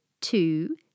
two